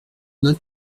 note